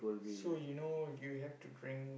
so you know you have to drank